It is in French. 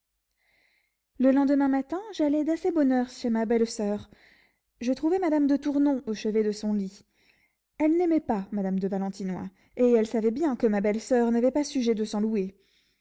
le lendemain matin j'allai d'assez bonne heure chez ma belle-soeur je trouvai madame de tournon au chevet de son lit elle n'aimait pas madame de valentinois et elle savait bien que ma belle-soeur n'avait pas sujet de s'en louer